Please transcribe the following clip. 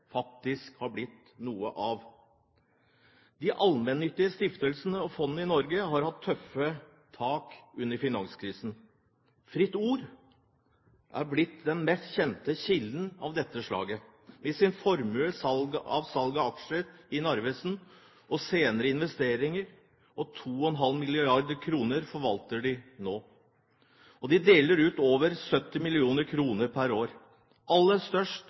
faktisk blir noe av. De allmennyttige stiftelsene og fondene i Norge har hatt tøffe tak under finanskrisen. Fritt Ord er blitt den mest kjente kilden av dette slaget, med sin formue fra salget av aksjer i Narvesen og senere investeringer. 2,5 mdr. kr forvalter de nå, og de deler ut over 70 mill. kr pr. år. Aller størst